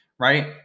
right